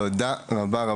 תודה רבה.